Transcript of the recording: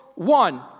One